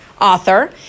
author